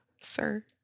Sir